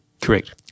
Correct